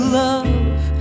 love